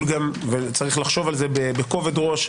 אבל אני לא רוצה שיהיה מצב, שבו חבר כנסת,